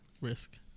Risk